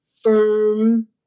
firm